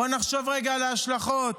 בואו נחשוב רגע על ההשלכות.